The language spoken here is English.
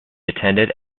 attended